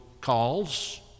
calls